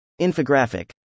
Infographic